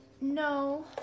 No